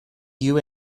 you